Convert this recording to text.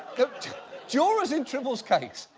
the jurors in tribble's case,